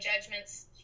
judgments